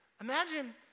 Imagine